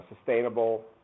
sustainable